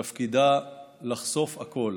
תפקידה לחשוף הכול,